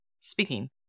speaking